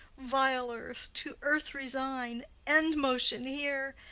vile earth, to earth resign end motion here,